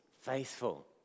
faithful